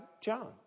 John